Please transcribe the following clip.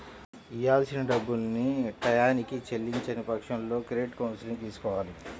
ఇయ్యాల్సిన డబ్బుల్ని టైయ్యానికి చెల్లించని పక్షంలో క్రెడిట్ కౌన్సిలింగ్ తీసుకోవాలి